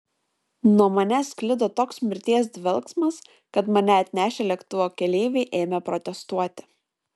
nuo manęs sklido toks mirties dvelksmas kad mane atnešę lėktuvo keleiviai ėmė protestuoti